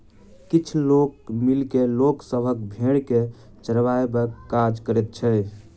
किछ लोक मिल के लोक सभक भेंड़ के चरयबाक काज करैत छै